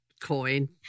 coin